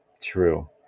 true